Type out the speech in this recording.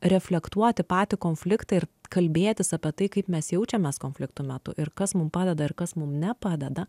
reflektuoti patį konfliktą ir kalbėtis apie tai kaip mes jaučiamės konfliktų metu ir kas mum padeda ir kas mum nepadeda